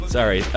Sorry